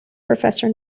professor